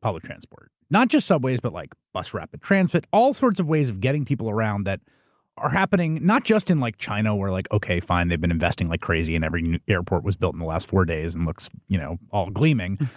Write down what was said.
public transport. not just subways but like, bus rapid transit, all sorts of ways of getting people around that are happening not just in like china where like, okay, fine. they've been investing like crazy and every airport was built in the last four days and looks, you know, all gleaming.